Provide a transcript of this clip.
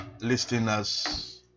listeners